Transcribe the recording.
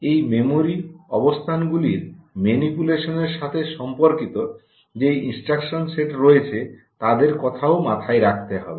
এই মেমরি অবস্থানগুলির মেনিপুলেশনের সাথে সম্পর্কিত যে ইনস্ট্রাকশন সেট রয়েছে তাদের কথাও মাথায় রাখতে হবে